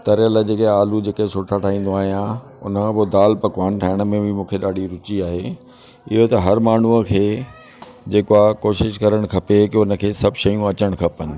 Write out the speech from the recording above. तरियल जेके आलू जेके सुठा ठाहींदो आहियां उनखां पोइ दालि पकवान ठाहिण में बि मूंखे ॾाढी रुची आहे इहो त हर माण्हूअ खे जेको आ कोशिशि करणु खपे की उनखे सभु शयूं अचनि खपनि